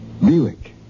Buick